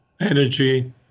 energy